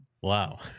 Wow